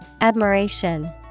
Admiration